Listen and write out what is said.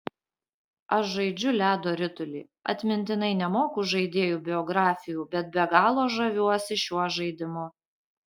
aš žaidžiu ledo ritulį atmintinai nemoku žaidėjų biografijų bet be galo žaviuosi šiuo žaidimu